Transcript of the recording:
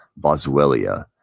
Boswellia